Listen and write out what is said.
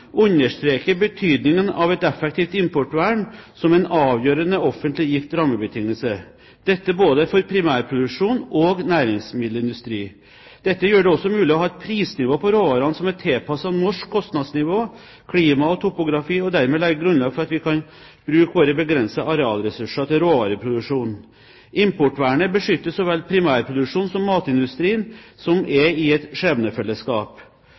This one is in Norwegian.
understreker betydningen av et effektivt importvern som en avgjørende offentlig gitt rammebetingelse, dette både for primærproduksjon og næringsmiddelindustri. Dette gjør det også mulig å ha et prisnivå på råvarene som er tilpasset norsk kostnadsnivå, klima og topografi, og dermed legge grunnlag for at vi kan bruke våre begrensede arealressurser til råvareproduksjon. Importvernet beskytter så vel primærproduksjonen som matindustrien, som er i et